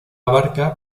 abarca